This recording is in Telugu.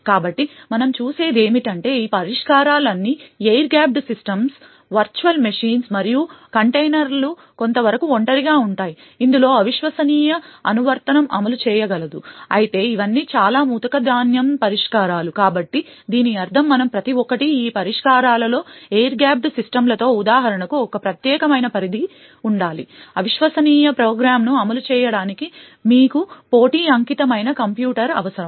కాబట్టి మనం చూసేది ఏమిటంటే ఈ పరిష్కారాలన్నీ air gapped systems virtual machines మరియు కంటైనర్లు కొంతవరకు ఒంటరిగా ఉంటాయి ఇందులో అవిశ్వసనీయ అనువర్తనం అమలు చేయగలదు అయితే ఇవన్నీ చాలా ముతక ధాన్యం పరిష్కారాలు కాబట్టి దీని అర్థం మనం ప్రతి ఒక్కటి ఈ పరిష్కారాలలో ఎయిర్ గ్యాప్ సిస్టమ్లతో ఉదాహరణకు ఒక ప్రత్యేకమైన పరిధి ఉండాలి అవిశ్వసనీయ ప్రోగ్రామ్ను అమలు చేయడానికి మీకు పోటీ అంకితమైన కంప్యూటర్ అవసరం